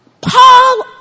Paul